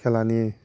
खेलानि